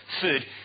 food